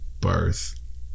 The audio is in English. birth